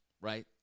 right